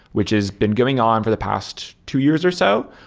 which has been going on for the past two years or so,